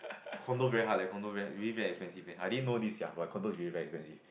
condo very hard leh condo very really very expensive eh I didn't know this sia but condo is really very expensive